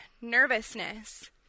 nervousness